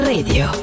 Radio